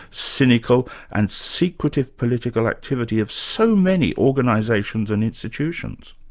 cynical and secretive political activity of so many organisations and institutions?